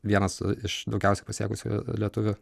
vienas iš daugiausiai pasiekusių lietuvių